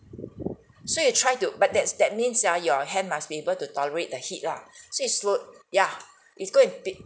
so you try to but that's that means ah your hand must be able to tolerate the heat lah so it's slowed yeah it's go and pick